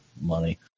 money